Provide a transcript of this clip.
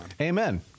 Amen